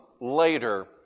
later